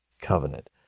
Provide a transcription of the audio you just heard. Covenant